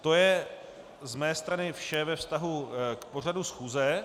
To je z mé strany vše ve vztahu k pořadu schůze.